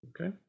okay